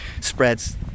spreads